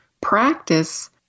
practice